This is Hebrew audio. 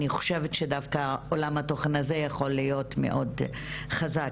אני חושבת שדווקא עולם התוכן הזה יכול להיות מאוד חזק.